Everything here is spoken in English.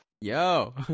Yo